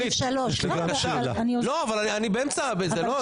אני באמצע הדברים וזה לא ייתכן.